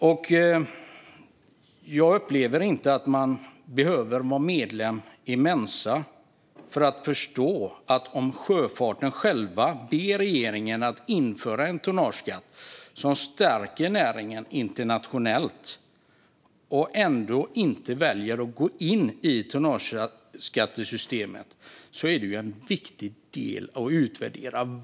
Om man inom sjöfarten ber regeringen att införa en tonnageskatt som ska stärka näringen internationellt men ändå väljer att inte gå in i tonnageskattesystemet upplever jag inte att man behöver vara medlem i Mensa för att förstå att detta är viktigt att utvärdera.